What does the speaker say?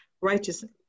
righteousness